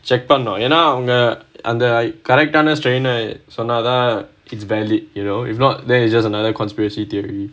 check பண்ணணும் ஏனா அவங்க அந்த:pannanum yaenaa avanga antha correct ஆனா:aanaa strain ன சொன்னா தான்:na sonnaa thaan it's valid you know if not then it's just another conspiracy theory